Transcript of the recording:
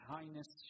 Highness